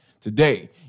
Today